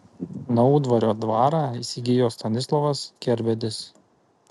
naudvario dvarą įsigijo stanislovas kerbedis